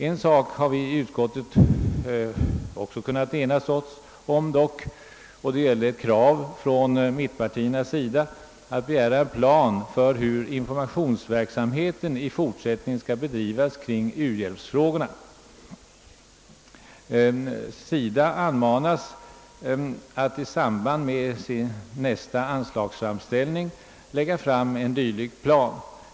Bland det vi dock i utskottet kunnat enas om är kravet från mittenpartiernas sida om en plan för hur informationsverksamheten kring u-hjälpsfrågorna i fortsättningen skall bedrivas. SIDA anmodas att i samband med sin nästa anslagsframställning lägga fram förslag till en dylik plan.